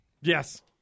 Yes